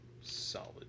solid